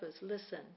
listen